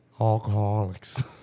alcoholics